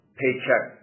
paycheck